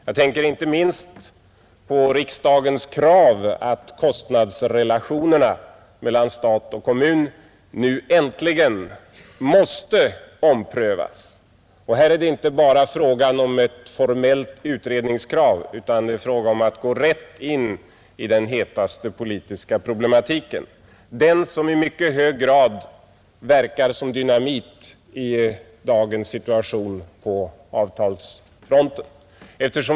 Jag tänker inte minst på riksdagens krav att kostnadsrelationerna mellan stat och kommun nu äntligen skall omprövas, Det är inte bara fråga om ett formellt utredningskrav, utan det är fråga om att gå in i den hetaste politiska problematiken — den som i mycket hög grad verkar som dynamit i dagens situation på avtalsfronten.